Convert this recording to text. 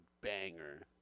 banger